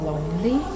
Lonely